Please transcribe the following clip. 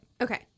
Okay